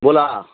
बोला